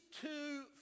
two